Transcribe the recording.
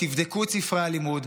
תבדקו את ספרי הלימוד,